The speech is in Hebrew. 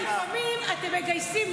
לפעמים אתם מגייסים,